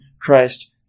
Christ